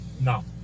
No